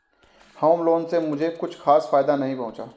home loan से मुझे कुछ खास फायदा नहीं पहुंचा